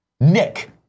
Nick